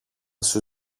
σου